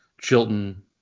Chilton